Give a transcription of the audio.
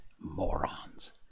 Morons